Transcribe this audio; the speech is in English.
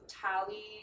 Tally